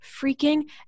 freaking